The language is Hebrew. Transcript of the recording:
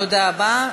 תודה רבה.